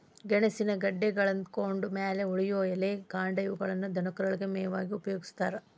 ಗೆಣಸಿನ ಗೆಡ್ಡೆಗಳನ್ನತಕ್ಕೊಂಡ್ ಮ್ಯಾಲೆ ಉಳಿಯೋ ಎಲೆ, ಕಾಂಡ ಇವುಗಳನ್ನ ದನಕರುಗಳಿಗೆ ಮೇವಾಗಿ ಉಪಯೋಗಸ್ತಾರ